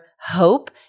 hope